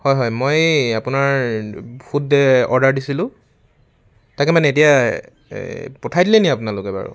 হয় হয় মই এই আপোনাৰ ফুড অৰ্ডাৰ দিছিলো তাকে মানে এতিয়া পঠাই দিলে নেকি আপোনালোকে বাৰু